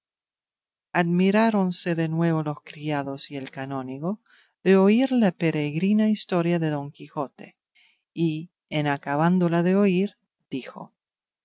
locura admiráronse de nuevo los criados y el canónigo de oír la peregrina historia de don quijote y en acabándola de oír dijo